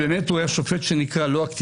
הוא באמת היה שופט לא אקטיביסט,